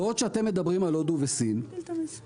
בעוד שאתם מדברים על הודו וסין הרשות